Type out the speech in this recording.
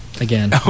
Again